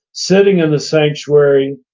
sitting in the sanctuary.